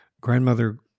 grandmother